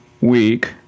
week